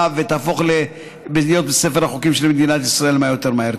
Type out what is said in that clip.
ותיכנס לספר החוקים של מדינת ישראל כמה שיותר מהר.